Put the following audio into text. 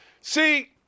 See